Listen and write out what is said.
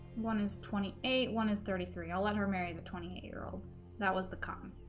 one is twenty eight one is thirty three i'll let her marry the twenty eight year old that was the calm